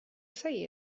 say